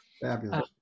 Fabulous